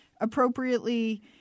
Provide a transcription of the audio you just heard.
Appropriately